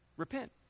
repent